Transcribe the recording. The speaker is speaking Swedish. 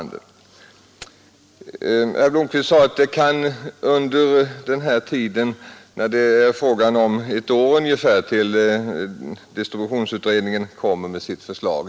Herr Blomkvist sade att det inte kan hända så särskilt mycket under den tid, ett år ungefär, som återstår tills distributionsutredningen framlägger sitt förslag.